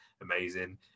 amazing